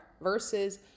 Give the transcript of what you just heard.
versus